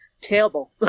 terrible